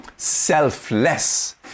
Selfless